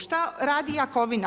Šta radi Jakovina?